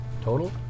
Total